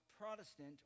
Protestant